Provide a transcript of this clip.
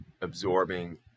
absorbing